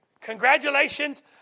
Congratulations